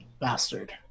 Bastard